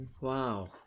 Wow